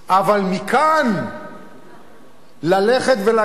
אבל מכאן ללכת ולהגיד: